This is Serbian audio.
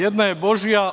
Jedna je Božija.